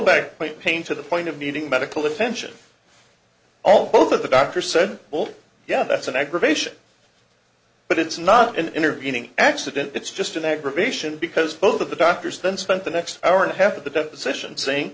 back pain to the point of needing medical attention all both of the doctor said well yeah that's an aggravation but it's not an intervening accident it's just an aggravation because both of the doctors then spent the next hour and a half of the deposition saying